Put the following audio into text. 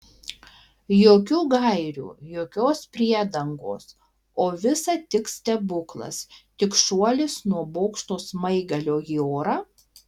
jokių gairių jokios priedangos o visa tik stebuklas tik šuolis nuo bokšto smaigalio į orą